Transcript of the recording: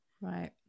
right